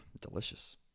Delicious